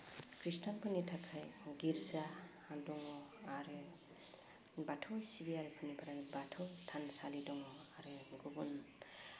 ख्रिष्टानफोरनि थाखाय गिर्जा दङ आरो बाथौ सिबियारिफोरनिफ्राय बाथौ थानसालि दङ आरो गुबुन